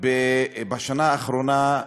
בשנה האחרונה,